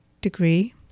degree